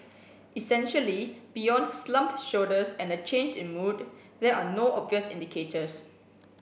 essentially beyond slumped shoulders and a change in mood there are no obvious indicators